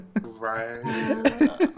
Right